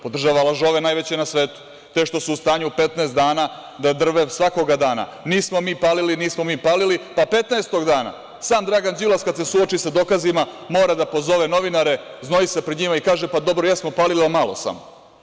Podržava lažove najveće na svetu, te što su u stanju 15 dana da drve svakoga dana – nismo mi palili, nismo mi palili, pa petnaestog dana sam Dragan Đilas kad se suoči sa dokazima mora da pozove novinare, znoji se pred njima i kaže – pa dobro, jesmo palili, ali malo samo.